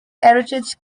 heritage